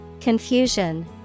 Confusion